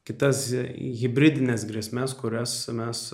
kitas hibridines grėsmes kurias mes